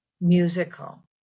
musical